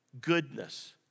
goodness